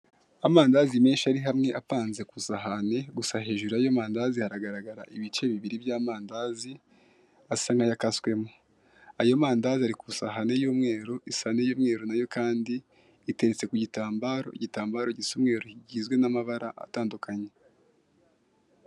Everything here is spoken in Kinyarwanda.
Amandazi menshi ari hamwe apanze ku isahani gusa hejuru y'ayo mandazi hagaragara ibice bibiri by'amandazi asa nk'ayakaswemo, ayo mandazi ari ku isahani y'umweru isa n'uy'umweru nayo kandi iteretse ku gitambaro igitambaro gisa umweru kigizwe n'amabara atandukanye.